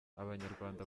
abanyarwanda